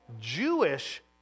Jewish